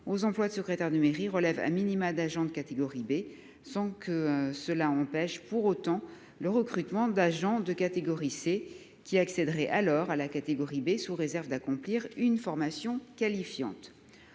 aux emplois secrétaire de mairie relève a minima d'agents de catégorie B, sans que cela empêche pour autant le recrutement d'agents de catégorie C qui accéderait alors à la catégorie B sous réserve d'accomplir une formation qualifiante.